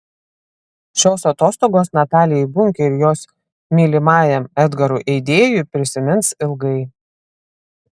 šios atostogos natalijai bunkei ir jos mylimajam edgarui eidėjui prisimins ilgai